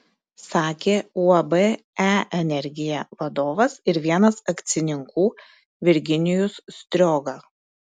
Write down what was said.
sakė uab e energija vadovas ir vienas akcininkų virginijus strioga